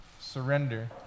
surrender